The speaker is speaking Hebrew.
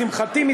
לשמחתי,